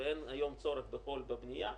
ואין היום צורך בחול בבנייה,